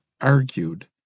argued